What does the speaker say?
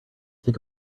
think